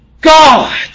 God